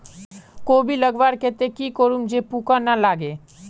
कोबी लगवार केते की करूम जे पूका ना लागे?